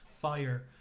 Fire